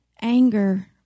Anger